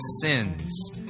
sins